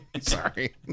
Sorry